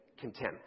contempt